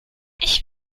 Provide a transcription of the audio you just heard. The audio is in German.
ich